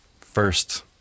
first